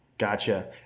Gotcha